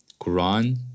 Quran